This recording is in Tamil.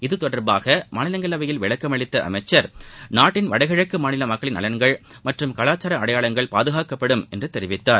இதுதொடர்பாக மாநிலங்களவையில் விளக்கமளித்த அமைச்சர் நாட்டின் வடகிழக்கு மாநில மக்களின் நலன்கள் மற்றும் கலாச்சார அடையாளங்கள் பாதுகாக்கப்படும் என்று தெரிவித்தார்